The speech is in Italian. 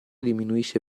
diminuisce